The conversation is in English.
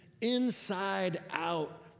inside-out